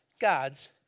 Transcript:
gods